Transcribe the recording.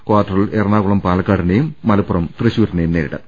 ക്വാർട്ടറിൽ എറ ണാകുളം പാലക്കാടിനെയും മലപ്പുറം തൃശൂരിനെയും നേരി ടും